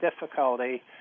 difficulty